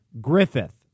Griffith